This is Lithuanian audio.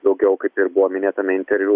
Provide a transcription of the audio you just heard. daugiau kaip ir buvo minėtame interviu